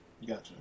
gotcha